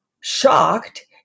shocked